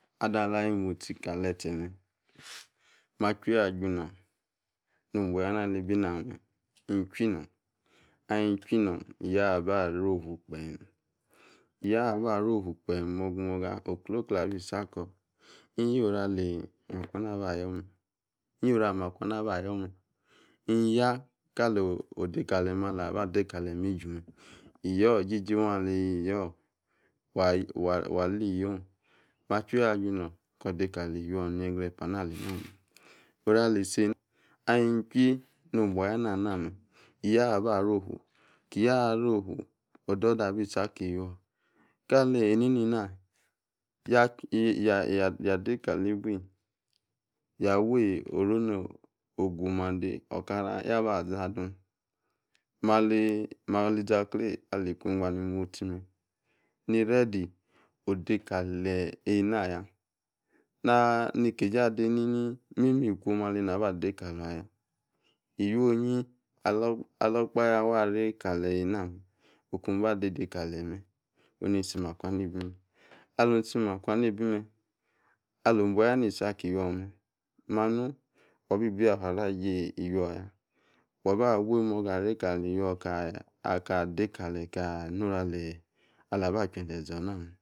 Ada ala yi motsi kali e̱ze̱ me̱ machu owi achuno̱ no obuanyana ali bi name hin chwi nong. A hin chwi nong, iyio aba re ofu gbe̱m, iyio̱ aba refuo gbe̱m mogi moga, oklo̱kle abi isi ako̱. Hin yioru ali ma kwana ava yo̱me̱, hin ya kali odekalem ala ba dekalem iju me̱. Iyio̱, ijiji waa ali yiyo̱ wa wa ala iyiong. Ma chowi achuno ko, de kalam iwio̱ ni yegrepa ana ali na me ahim chwi nobuaya ana aliname̱ iyia aba vet ofu. Ki yia are ofu, o̱do̱do̱ abi si aki iwio̱ Kali eneneng yade kali bui, ya wi orona ogumand okara yabaa azi adun. Mali zakle ili kwa engba ni motsi me̱ ni ready ode kale enaya. Ni keje ade nini mime̱ ikwom ale na ba de kaluaya Iwi onyi alo̱ okpahe aware kaleyi na okunba de deka leyi me̱, onisi makwana ibi me̱. Alu si makwana ibi me̱, ali obuaga ana isi aki iwiome, manu wa bi bayafa aji iwio̱ya. Waba wi moga avie kali iwio aka dekale̱ye̱ aka anu ora aloba chweze zini oname.